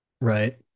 right